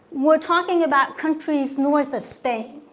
we're talking about countries north of spain.